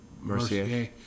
Mercier